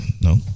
No